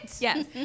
Yes